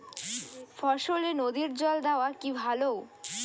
ফসলে নদীর জল দেওয়া কি ভাল?